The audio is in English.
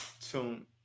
tune